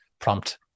prompt